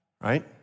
right